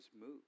move